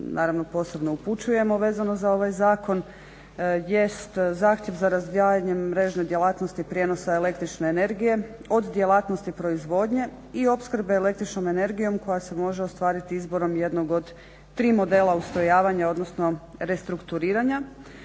naravno posebno upućujemo vezano za ovaj zakon jest zahtjev za razdvajanjem mrežne djelatnosti prijenosa električne energije od djelatnosti proizvodnje i opskrbe električnom energijom koja se može ostvariti izborom jednog od tri modela ustrojavanja, odnosno restrukturiranja